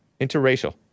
Interracial